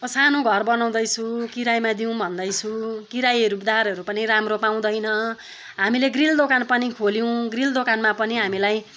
म सानो घर बनाउँदै छु किरायमा दिउँ भन्दै छु किरायहरू दारहरू पनि राम्रो पाउँदैन हामीले ग्रील दोकान पनि खोल्यौँ ग्रील दोकानमा पनि हामीलाई